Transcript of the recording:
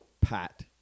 Pat